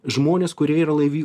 žmonės kurie yra laivių